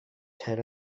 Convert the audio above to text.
ten